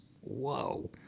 Whoa